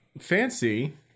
Fancy